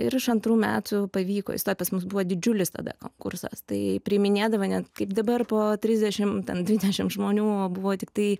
ir iš antrų metų pavyko įstot pas mus buvo didžiulis tada kursas tai priiminėdavo ne kaip dabar po trisdešim ten dvidešim žmonių o buvo tiktai